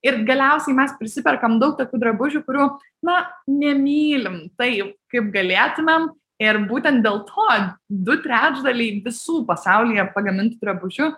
ir galiausiai mes prisiperkam daug tokių drabužių kurių na nemylim taip kaip galėtumėm ir būtent dėl to du trečdaliai visų pasaulyje pagamintų drabužių